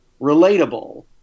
relatable